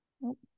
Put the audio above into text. Nope